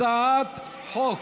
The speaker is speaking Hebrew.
הצעת חוק